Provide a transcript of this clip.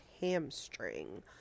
hamstring